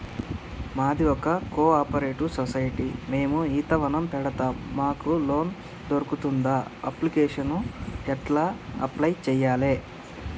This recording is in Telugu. మాది ఒక కోఆపరేటివ్ సొసైటీ మేము ఈత వనం పెడతం మాకు లోన్ దొర్కుతదా? అప్లికేషన్లను ఎట్ల అప్లయ్ చేయాలే?